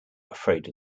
afraid